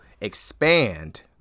expand